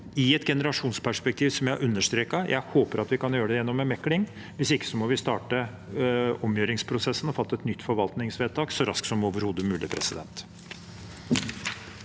i et generasjonsperspektiv, som jeg har understreket. Jeg håper at vi kan gjøre det gjennom en mekling. Hvis ikke må vi starte omgjøringsprosessen og fatte et nytt forvaltningsvedtak så raskt som overhodet mulig. Presidenten